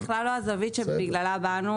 זאת בכלל לא הזווית שבגללה באנו.